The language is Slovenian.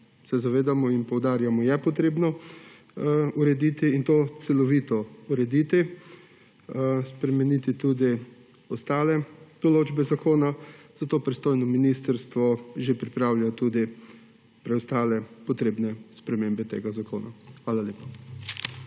se zavedamo in poudarjamo – treba urediti, in to celovito urediti, spremeniti tudi ostale določbe zakona. Zato pristojno ministrstvo že pripravlja tudi preostale potrebne spremembe tega zakona. Hvala lepa.